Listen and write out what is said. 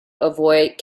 avoid